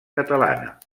catalana